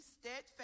steadfast